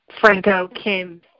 Franco-Kim